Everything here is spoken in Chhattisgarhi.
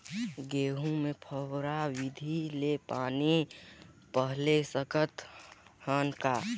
गहूं मे फव्वारा विधि ले पानी पलोय सकत हन का?